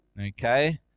Okay